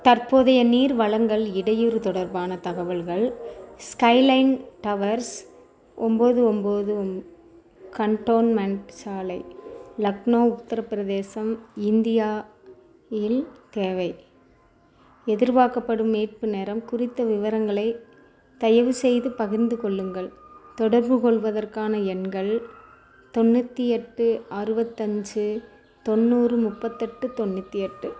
தற்போதைய நீர் வழங்கல் இடையூறு தொடர்பான தகவல்கள் ஸ்கைலைன் டவர்ஸ் ஒன்போது ஒன்போது ஒம் கன்டோன்மெண்ட் சாலை லக்னோ உத்தரப்பிரதேசம் இந்தியா இல் தேவை எதிர்பார்க்கப்படும் மீட்பு நேரம் குறித்த விவரங்களை தயவுசெய்து பகிர்ந்து கொள்ளுங்கள் தொடர்புகொள்வதற்கான எண்கள் தொண்ணூற்று எட்டு அறுபத்தஞ்சு தொண்ணூறு முப்பத்தெட்டு தொண்ணூற்று எட்டு